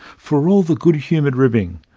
for all the good-humoured ribbing,